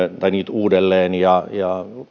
uudelleen